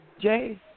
Jay